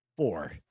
four